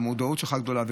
והמודעות הגדולה שלך,